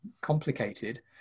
complicated